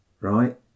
right